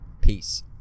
Peace